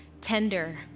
tender